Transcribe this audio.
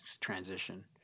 transition